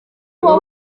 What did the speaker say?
kuko